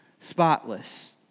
spotless